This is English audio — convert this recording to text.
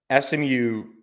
SMU